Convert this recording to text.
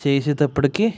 చేసేటప్పటికి